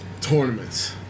tournaments